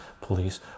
police